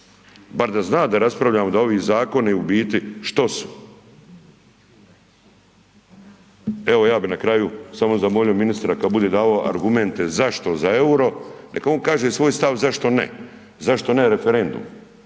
bar da zna da raspravljamo, da ovi zakoni u biti što su. Evo ja bi na kraju samo zamolio ministra kad bude davo argumente zašto za EUR-o, neka on kaže svoj stav zašto ne, zašto ne referendum,